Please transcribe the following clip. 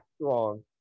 strong